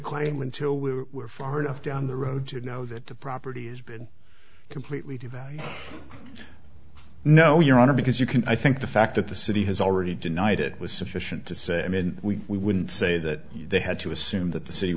claim until we were far enough down the road to know that the property has been completely devalued no your honor because you can i think the fact that the city has already denied it was sufficient to say i mean we we wouldn't say that they had to assume that the city